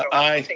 aye.